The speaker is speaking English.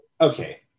okay